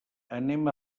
anem